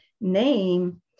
name